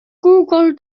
google